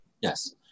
Yes